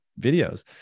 videos